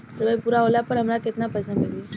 समय पूरा होला पर हमरा केतना पइसा मिली?